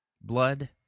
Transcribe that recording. blood